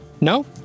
No